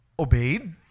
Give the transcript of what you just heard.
obeyed